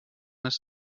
his